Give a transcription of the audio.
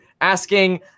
asking